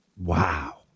Wow